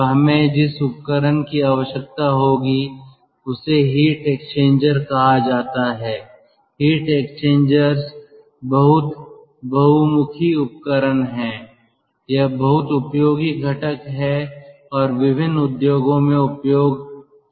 तो हमें जिस उपकरण की आवश्यकता होगी उसे हीट एक्सचेंजर कहा जाता है हीट एक्सचेंजर्स बहुत बहुमुखी उपकरण हैं यह बहुत उपयोगी घटक है और विभिन्न उद्योगों में उपयोग किया जाता है